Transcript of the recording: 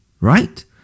right